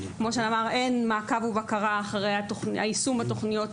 כמו שהוא אמר אין מעקב ובקרה אחרי יישום התכניות,